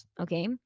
okay